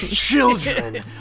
children